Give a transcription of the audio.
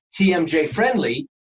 TMJ-friendly